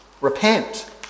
Repent